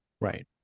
Right